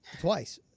Twice